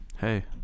Hey